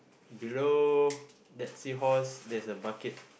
below that seahorse there's a bucket